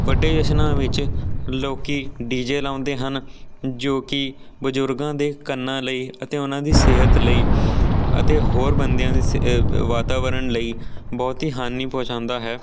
ਵੱਡੇ ਜਸ਼ਨਾਂ ਵਿੱਚ ਲੋਕੀ ਡੀ ਜੇ ਲਾਉਂਦੇ ਹਨ ਜੋ ਕਿ ਬਜੁਰਗਾਂ ਦੇ ਕੰਨਾਂ ਲਈ ਅਤੇ ਉਹਨਾਂ ਦੀ ਸਿਹਤ ਲਈ ਅਤੇ ਹੋਰ ਬੰਦਿਆਂ ਦੀ ਵਾਤਾਵਰਨ ਲਈ ਬਹੁਤ ਹੀ ਹਾਨੀ ਪਹੁੰਚਾਉਂਦਾ ਹੈ